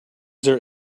there